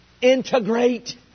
integrate